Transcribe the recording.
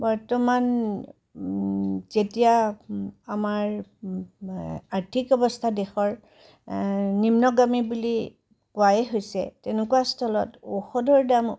বৰ্তমান যেতিয়া আমাৰ আৰ্থিক অৱস্থা দেশৰ নিম্নগামী বুলি কোৱাই হৈছে এনেকুৱা স্থলত ঔষধৰ দাম